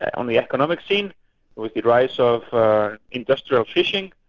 on the economic scene with the rise of industrial fishing,